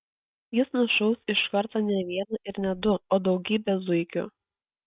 jis nušaus iš karto ne vieną ir ne du o daugybę zuikių